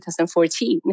2014